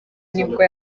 nibwo